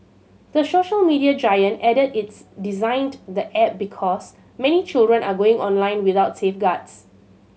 the social media giant added its designed the app because many children are going online without safeguards